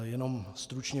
Jenom stručně.